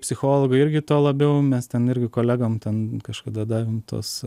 psichologai irgi tuo labiau mes ten irgi kolegom ten kažkada davėm tuos